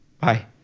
Bye